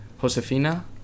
josefina